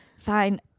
fine